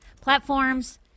platforms